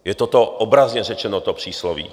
Je to obrazně řečeno, to přísloví.